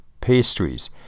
pastries